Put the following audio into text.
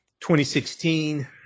2016